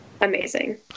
amazing